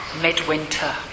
midwinter